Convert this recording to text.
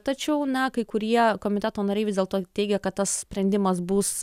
tačiau na kai kurie komiteto nariai vis dėlto teigia kad tas sprendimas bus